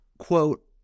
Quote